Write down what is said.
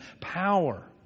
power